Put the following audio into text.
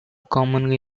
commonly